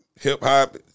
hip-hop